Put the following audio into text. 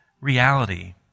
reality